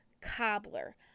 cobbler